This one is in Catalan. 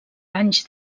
anys